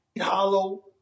Hollow